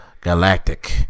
Galactic